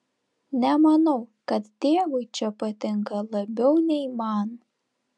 nemanau kad tėvui čia patinka labiau nei man